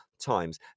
times